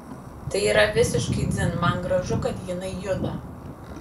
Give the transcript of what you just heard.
tai yra visiškai dzin man gražu kad jinai juda